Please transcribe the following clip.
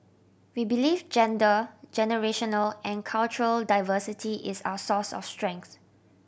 we believe gender generational and cultural diversity is our source of strength